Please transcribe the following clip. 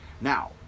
Now